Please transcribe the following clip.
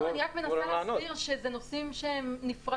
אני רק מנסה להסביר שאלה נושאים נפרדים.